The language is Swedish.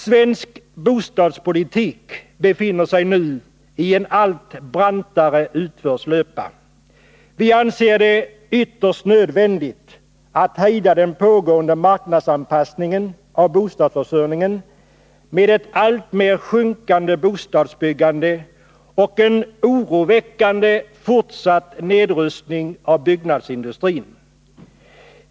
Svensk bostadspolitik befinner sig i en allt brantare utförslöpa. Vi anser det ytterst nödvändigt att hejda den pågående marknadsanpassningen av bostadsförsörjningen, som har fått till följd ett alltmer sjunkande bostadsbyggande och en oroväckande fortsatt nedrustning av byggnadsindustrin.